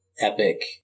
epic